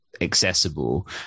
accessible